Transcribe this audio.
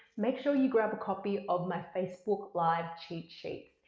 make sure you grab a copy of my facebook live cheat sheets.